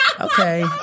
Okay